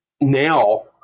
now